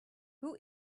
who